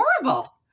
horrible